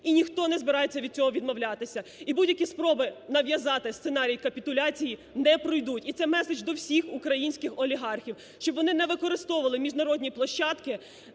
І ніхто не збирається від цього відмовлятися. І будь-які спроби нав'язати сценарій капітуляції не пройдуть. І це меседж до всіх українських олігархів, щоб вони не використовували міжнародні площадки